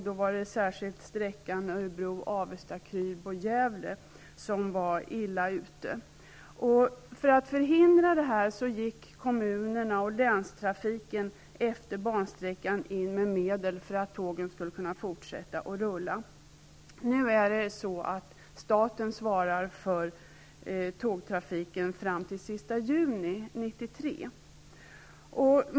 Då var det särskilt sträckan Örebro-- juni 1993.